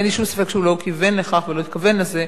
אין לי שום ספק שהוא לא כיוון לכך ולא התכוון לזה,